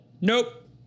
nope